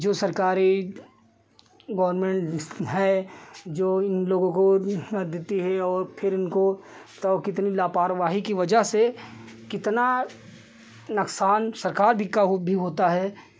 जो सरकारी गवर्नमेन्ट है जो इन लोगों को देती है और फिर इनको तो कितनी लापरवाही की वज़ह से कितना नुक़सान सरकार भी का भी होता है